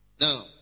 Now